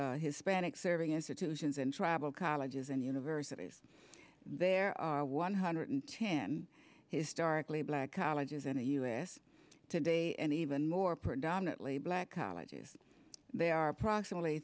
hispanic serving institutions and tribal colleges and universities there are one hundred chan historically black colleges in the us today and even more predominately black colleges they are approximately